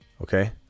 okay